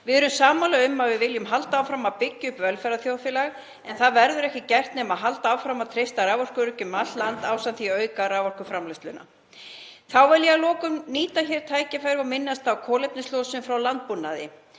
Við erum sammála um að við viljum halda áfram að byggja upp velferðarþjóðfélag en það verður ekki gert nema að halda áfram að treysta raforkuöryggi um allt land ásamt því að auka raforkuframleiðsluna. Þá vil ég að lokum nýta tækifærið og minnast á kolefnislosun frá landbúnaði